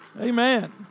Amen